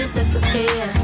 disappear